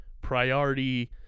priority